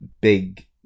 big